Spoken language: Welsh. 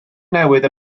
newydd